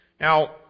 Now